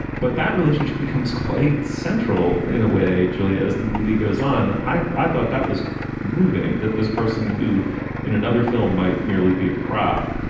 but that relationship becomes quite central in a way julia, as the movie goes on, i i thought that was moving, that this person who in another film might merely be a prop